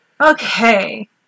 Okay